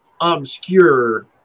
obscure